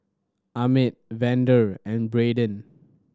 Ahmed Vander and Brayden